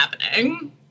happening